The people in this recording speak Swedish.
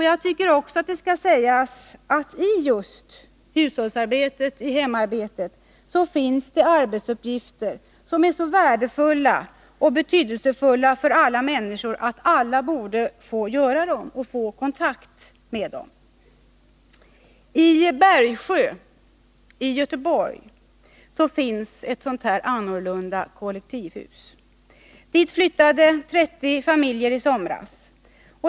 Jag tycker också att det skall sägas att det i just hushållsarbetet — hemarbetet — finns arbetsuppgifter som är så värdefulla och betydelsefulla för alla människor att alla borde få göra dem, komma i kontakt med dem. I Bergsjö i Göteborg finns ett annorlunda kollektivhus. Dit flyttade 30 familjer i somras.